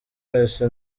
wese